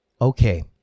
Okay